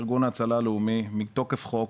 ארגון הצלה לאומי מתוקף חוק,